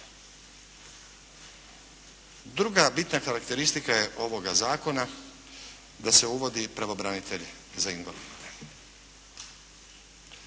Druga bitna karakteristika je ovoga zakona da se uvodi pravobranitelj za invalide.